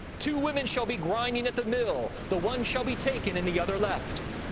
two women shall be grinding at the mill the one shall be taken, and the other left.